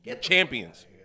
Champions